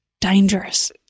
Dangerous